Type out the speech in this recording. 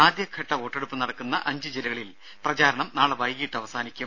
ആദ്യഘട്ട വോട്ടെടുപ്പ് നടക്കുന്ന അഞ്ച് ജില്ലകളിൽ പ്രചാരണം നാളെ വൈകിട്ട് അവസാനിക്കും